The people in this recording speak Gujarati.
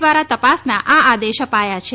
દ્વારા તપાસના આ આદેશ અપાયા છે